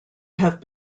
have